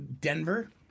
Denver